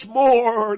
more